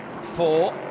four